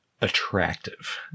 Attractive